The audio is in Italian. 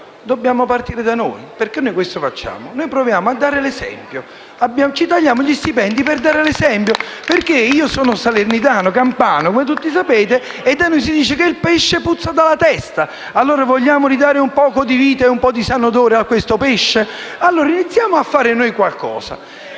Dobbiamo partire da noi perché noi questo facciamo: proviamo a dare l'esempio. Ci tagliamo gli stipendi per dare l'esempio. Io sono salernitano, campano, come sapete, e da noi si dice che il pesce puzza dalla testa. Allora vogliamo ridare un poco di vita e un po' di sano odore a questo pesce? Iniziamo a fare noi qualcosa.